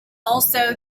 also